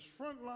frontline